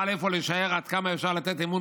נוכל אפוא לשער עד כמה אפשר לתת אמון